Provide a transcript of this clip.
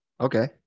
Okay